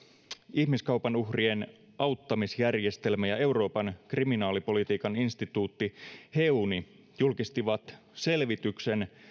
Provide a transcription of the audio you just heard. ihmiskaupan uhrien auttamisjärjestelmä ja euroopan kriminaalipolitiikan instituutti heuni julkistivat selvityksen